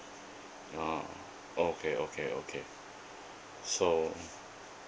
oh okay okay okay so